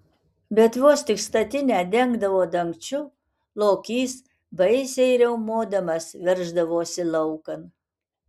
bet vos tik statinę dengdavo dangčiu lokys baisiai riaumodamas verždavosi laukan